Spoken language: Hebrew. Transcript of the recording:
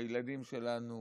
הילדים שלנו,